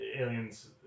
Aliens